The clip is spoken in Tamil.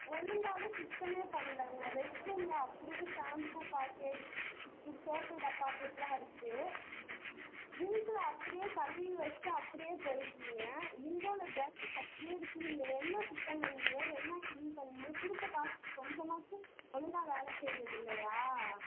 ஒழுங்காவே சுத்தமே பண்ணலங்க ரெஸ்ட் ரூமில் அப்படியே ஷாம்பூ பாக்கெட் இந்த சோப்பு டப்பா செட்லாம் இருக்குது ஸிங்கில் அப்படியே கழுவி வச்சுட்டு அப்படியே போயிருக்கீங்க வின்டோவில் டஸ்ட் அப்படியே இருக்குது நீங்கள் என்ன சுத்தம் பண்ணீங்க என்ன கிளீன் பண்ணீங்க கொடுத்த காசுக்கு கொஞ்சமாச்சும் ஒழுங்காக வேலை செய்கிறதில்லையா